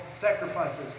sacrifices